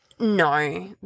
No